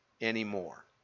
anymore